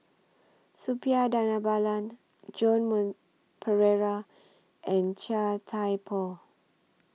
Suppiah Dhanabalan Joan Moon Pereira and Chia Thye Poh